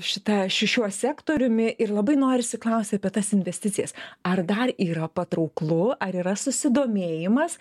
šita šiuo sektoriumi ir labai norisi klausti apie tas investicijas ar dar yra patrauklu ar yra susidomėjimas